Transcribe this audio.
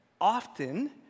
Often